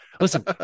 Listen